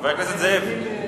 חבר הכנסת זאב,